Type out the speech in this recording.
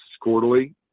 quarterly